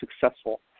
successful